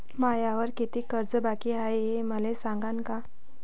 मायावर कितीक कर्ज बाकी हाय, हे मले सांगान का?